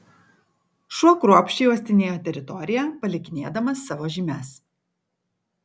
šuo kruopščiai uostinėjo teritoriją palikinėdamas savo žymes